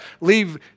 leave